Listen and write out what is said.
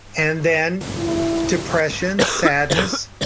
and then depression, sadness,